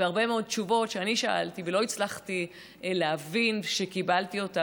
הרבה תשובות על מה שאני שאלתי ולא הצלחתי להבין כשקיבלתי אותן,